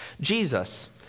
Jesus